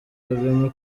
kagame